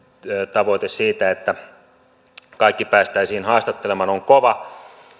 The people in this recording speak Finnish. tavoite siitä että kaikki päästäisiin haastattelemaan on kova kun oli